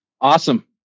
Awesome